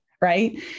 Right